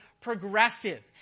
progressive